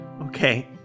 Okay